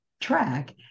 track